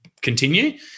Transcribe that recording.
continue